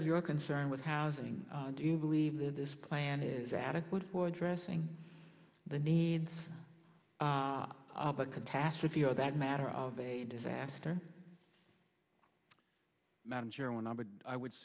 of you are concerned with housing do you believe that this plan is adequate for addressing the needs of a catastrophe of that matter of a disaster manager when i would i would